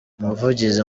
umuvugizi